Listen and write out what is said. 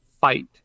fight